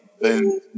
boom